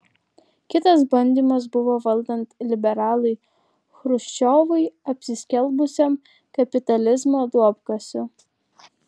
kitas bandymas buvo valdant liberalui chruščiovui apsiskelbusiam kapitalizmo duobkasiu